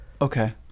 okay